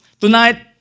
Tonight